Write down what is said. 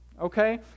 Okay